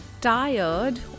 tired